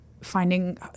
finding